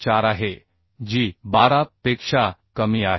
4 आहे जी 12 पेक्षा कमी आहे